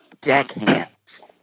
Deckhands